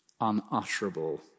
unutterable